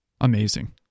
Amazing